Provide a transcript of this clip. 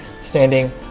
standing